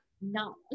no